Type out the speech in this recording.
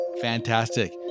Fantastic